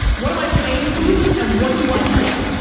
what am i paying you and what do i get?